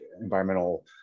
environmental